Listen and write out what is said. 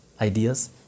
ideas